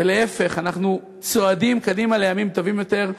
ולהפך, אנחנו צועדים קדימה לימים טובים יותר.